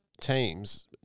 teams